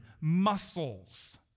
muscles